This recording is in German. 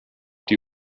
die